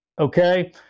Okay